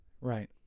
Right